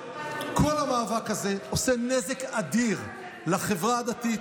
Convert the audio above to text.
כל המאבק הזה עושה נזק אדיר לחברה הדתית,